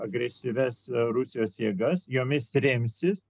agresyvias rusijos jėgas jomis remsis